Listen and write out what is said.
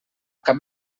cap